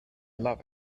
love